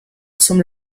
zum